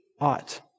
ought